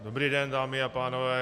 Dobrý den, dámy a pánové.